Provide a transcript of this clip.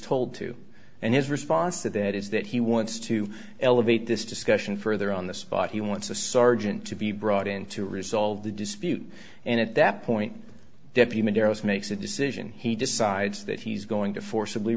told to and his response to that is that he wants to elevate this discussion further on the spot he wants a sergeant to be brought in to resolve the dispute and at that point deputy darrow's makes a decision he decides that he's going to forcibly